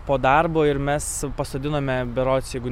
po darbo ir mes pasodinome berods jeigu